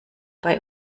bei